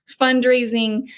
fundraising